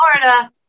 Florida